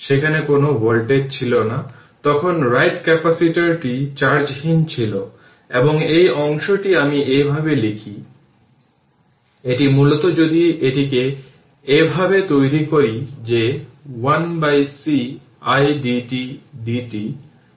সেখানে কোন ভোল্টেজ ছিল না তখন রাইট ক্যাপাসিটরটি চার্জহীন ছিল এবং এই অংশটি আমি এইভাবে লিখি এটি মূলত যদি এটিকে এভাবে তৈরি করি যে 1c iddt এবং ইনফিনিটি থেকে t0